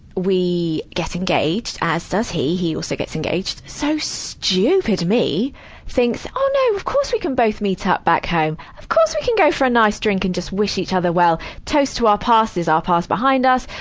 we get engaged, as does he, he also gets engaged. so stupid me thinks, oh no of course we can both meet up back home! of course we can go for a nice drink and just wish each other well. toast to our past here's our past behind us.